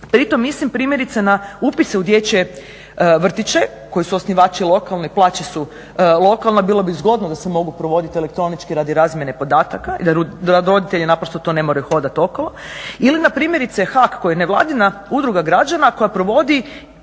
Pritom mislim primjerice na upise u dječje vrtiće koji su osnivači lokalni, plaće su lokalne. Bilo bi zgodno da se mogu provoditi elektronički radi razmjene podataka i da roditelji naprosto to ne moraju hodati okolo. Ili na primjerice HAK koji je nevladina udruga građana koja provodi